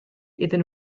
iddyn